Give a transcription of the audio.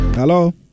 Hello